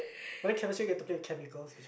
but then Chemistry get to play with chemicals